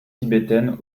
tibétaine